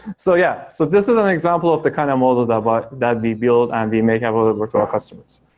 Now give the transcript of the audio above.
so yeah, so this is an example of the kind of model that but that we build and be making ah available like to our customers,